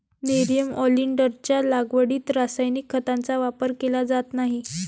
nerium ऑलिंडरच्या लागवडीत रासायनिक खतांचा वापर केला जात नाही